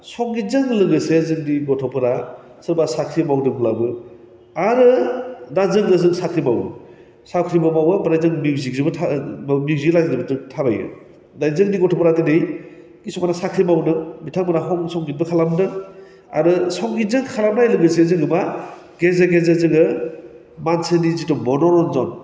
संगितजों लोगोसे जोंनि गथ'फोरा सोरबा साख्रि मावदोंब्लाबो आरो दा जोङो जों साख्रि मावो साख्रिबो मावो आमफ्राइ जों मिउजिकजोंबो थां ओह मा मिउजिक लाइनजोंबो जों थाबायो दा जोंनि गथ'फोरा दोनै किसुमानआ साख्रि मावदों बिथांमोनहा हम संगितबो खालामदों आरो संगितजों खालामनाय लोगोसे जोङो मा गेजेर गेजेर जोङो मानसिनि जिथु मनरन्जन